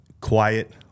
Quiet